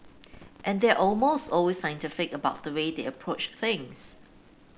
and they are almost always scientific about the way they approach things